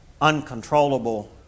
uncontrollable